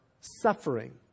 suffering